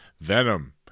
Venom